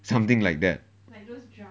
something like that